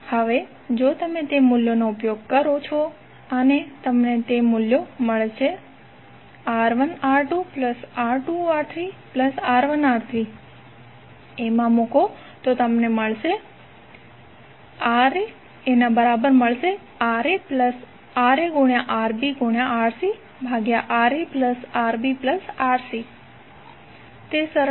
હવે જો તમે તે મૂલ્યોનો ઉપયોગ કરો છો અને તમને તે મૂલ્યો R1R2R2R3R1R3 માં મૂકો તો તમને મળે છે R1R2R2R3R1R3RaRbRcRaRbRcRaRbRc2RaRbRcRaRbRc તે સરળ છે